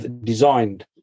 designed